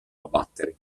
abbattere